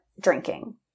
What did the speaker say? drinking